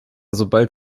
sobald